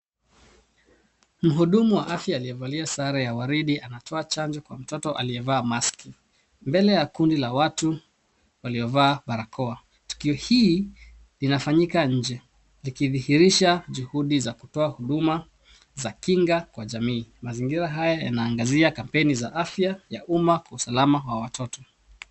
Mhudumu wa afya aliyevalia sare ya waridi anatoa chanjo kwa mtoto aliyevaa maski mbele ya kundi la watu waliovaa barakoa. Tukio hii inafanyika nje ikidhihirisha juhudi za kutoa huduma za kinga kwa jamii. Mazingira haya yanaangazia kampeni za afya ya umma kwa usalama ya watoto.